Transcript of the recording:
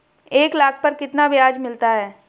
एक लाख पर कितना ब्याज मिलता है?